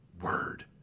word